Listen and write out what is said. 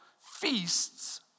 feasts